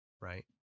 Right